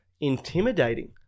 intimidating